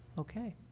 okay.